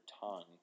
tongue